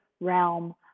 realm